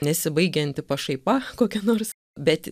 nesibaigianti pašaipa kokia nors bet